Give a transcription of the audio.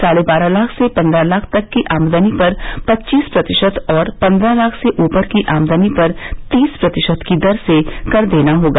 साढ़े बारह लाख से पन्द्रह लाख तक की आमदनी पर पच्चीस प्रतिशत और पन्द्रह लाख से ऊपर की आमदनी पर तीस प्रतिशत की दर से कर देना होगा